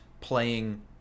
playing